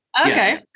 Okay